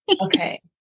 Okay